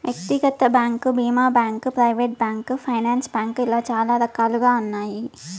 వ్యక్తిగత బ్యాంకు భీమా bank, private bank, finance bank ఇలా చాలా రకాలుగా ఉన్నాయి